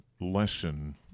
lesson